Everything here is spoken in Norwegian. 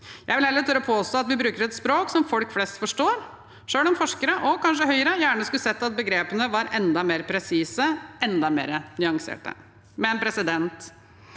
Jeg vil heller tørre å påstå at vi bruker et språk som folk flest forstår, selv om forskere og kanskje Høyre gjerne skulle sett at begrepene var enda mer presise, enda mer nyanserte. Men det